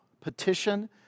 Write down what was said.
petition